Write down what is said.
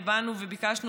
ובאנו וביקשנו,